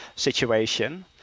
Situation